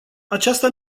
aceasta